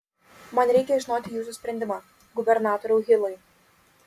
man reikia žinoti jūsų sprendimą gubernatoriau hilai